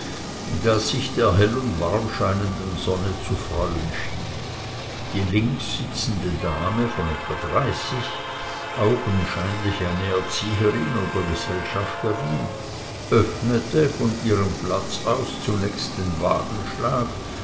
das sich der hell und warmscheinenden sonne zu freuen schien die links sitzende dame von etwa dreißig augenscheinlich eine erzieherin oder gesellschafterin öffnete von ihrem platz aus zunächst den